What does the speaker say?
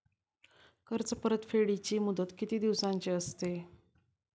कर्ज परतफेडीची मुदत किती दिवसांची असते?